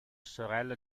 sorella